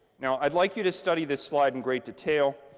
now, i'd like you to study this slide in great detail.